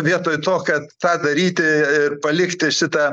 vietoj to kad tą daryti ir palikti šitą